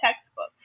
textbook